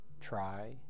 try